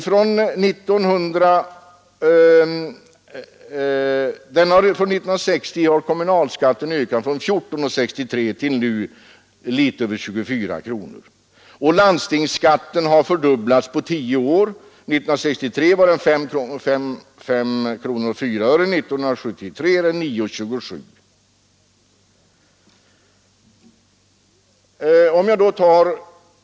Från 1960 till nu har kommunalskatten ökat från 14:63 till litet över 24 kronor. Landstingsskatten har fördubblats på tio år; 1963 var den 5:04 och 1973 är den 9:27.